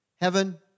Heaven